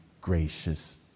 gracious